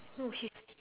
no she's